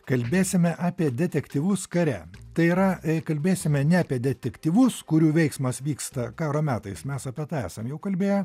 kalbėsime apie detektyvus kare tai yra kalbėsime ne apie detektyvus kurių veiksmas vyksta karo metais mes apie tai esam jau kalbėję